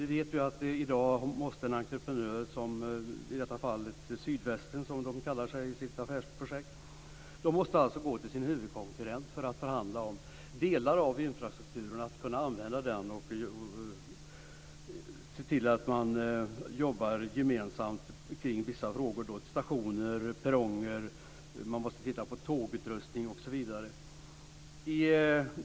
Vi vet ju att i dag måste en entreprenör, i detta fall Sydvästen, som man kallar sig i sitt affärsprojekt, gå till sin huvudkonkurrent för att förhandla om delar av infrastrukturen. Det handlar om att kunna använda den och se till att man jobbar gemensamt kring vissa frågor. Det gäller t.ex. stationer och perronger. Man måste titta på tågutrustning osv.